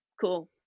cool